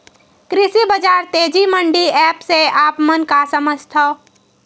कृषि बजार तेजी मंडी एप्प से आप मन का समझथव?